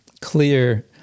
clear